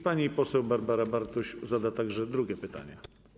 Pani poseł Barbara Bartuś zada także drugie pytanie.